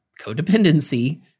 codependency